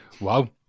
Wow